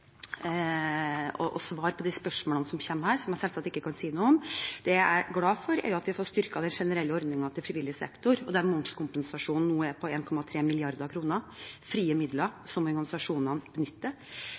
spørsmålene som kommer her, og som jeg selvsagt ikke kan si noe om nå. Jeg er glad for at vi får styrket den generelle ordningen til frivillig sektor, der momskompensasjonen nå er på 1,3 mrd. kr, frie midler som organisasjonene kan benytte. Idretten er en